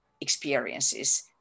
experiences